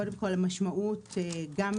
כמובן, יתרונות משמעותיים: גם משמעות סביבתית